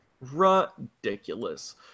Ridiculous